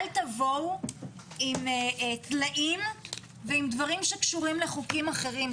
אל תבואו עם טלאים ועם דברים שקשורים לחוקים אחרים.